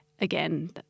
again